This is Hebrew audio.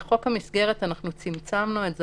בחוק המסגרת אנחנו צמצמנו את זה,